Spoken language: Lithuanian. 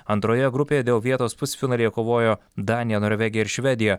antroje grupėje dėl vietos pusfinalyje kovojo danija norvegija ir švedija